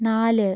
നാല്